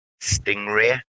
stingray